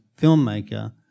filmmaker